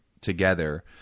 together